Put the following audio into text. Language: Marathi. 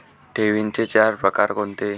ठेवींचे चार प्रकार कोणते?